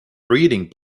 breeding